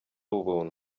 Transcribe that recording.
ubuntu